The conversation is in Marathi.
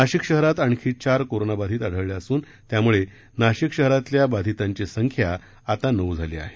नाशिक शहरात आणखी चार कोरोनाबाधित आढळले असुन त्यामुळे नाशिक शहरातल्या बाधितांची संख्या आता नऊ झाली आहे